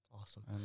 Awesome